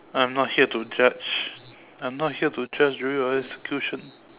I'm not here to judge I'm not here to judge you